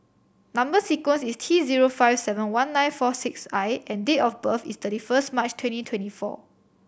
number sequence is T zero five seven one nine four six I and date of birth is thirty first March twenty twenty four